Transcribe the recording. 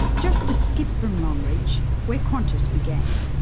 just a skip from longreach where qantas began.